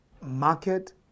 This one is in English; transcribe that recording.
market